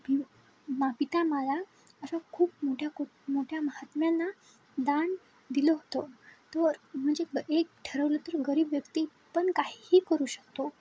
मा पितामहाला असा खूप मोठ्या कु मोठ्या महात्म्यांना दान दिलं होतं तो म्हणजे एक ठरवलं तर गरीब व्यक्तीपण काहीही करू शकतो